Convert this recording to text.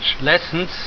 lessons